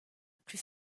plus